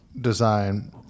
design